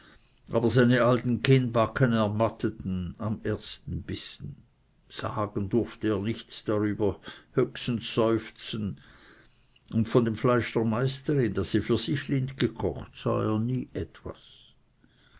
aber seine alten kinnbacken ermatteten am ersten bissen sagen durfte er nichts darüber höchstens seufzen und von dem fleisch der meisterin das sie für sich lind gekocht sah er nie etwas